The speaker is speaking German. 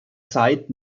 zeit